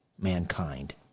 mankind